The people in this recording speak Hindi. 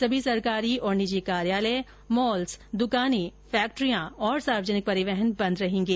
सभी सरकारी और निजी कार्यालय मॉल्स दुकाने फैक्ट्रियां तथा सार्वजनिक परिवहन बंद रहेंगे